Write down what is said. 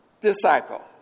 disciple